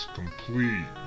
complete